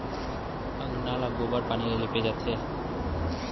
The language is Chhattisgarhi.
अंगना ल गोबर पानी ले लिपे जाथे